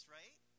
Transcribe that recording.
right